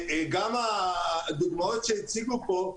גם הדוגמאות שהציגו פה,